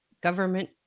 Government